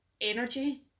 energy